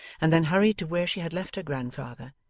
and then hurried to where she had left her grandfather,